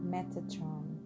Metatron